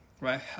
right